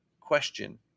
question